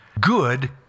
Good